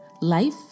life